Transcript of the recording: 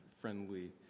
friendly